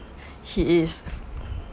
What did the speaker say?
he is